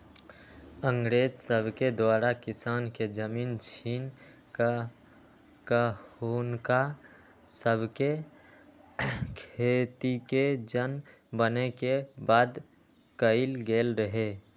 अंग्रेज सभके द्वारा किसान के जमीन छीन कऽ हुनका सभके खेतिके जन बने के बाध्य कएल गेल रहै